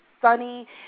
sunny